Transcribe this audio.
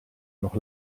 noch